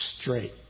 straight